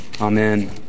Amen